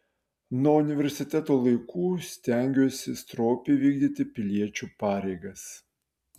nuo universiteto laikų stengiuosi stropiai vykdyti piliečio pareigas